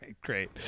great